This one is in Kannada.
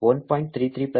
33 ಪ್ಲಸ್ 1